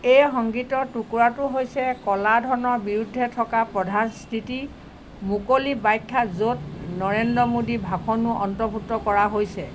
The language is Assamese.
এই সংগীতৰ টুকুৰাটো হৈছে ক'লা ধনৰ বিৰুদ্ধে থকা প্ৰধান স্থিতিৰ মুকলি ব্যাখ্যা য'ত নৰেন্দ্ৰ মোদীৰ ভাষণো অন্তৰ্ভুক্ত কৰা হৈছে